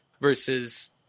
versus